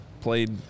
played